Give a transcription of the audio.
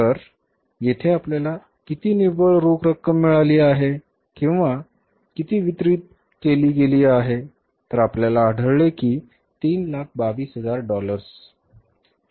तर येथे आपल्याला किती निव्वळ रोख रक्कम मिळाली आहे किंवा किती वितरित केली गेली आहे तर आपल्याला आढळले की हे 322000 डॉलर्स आहे